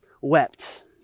wept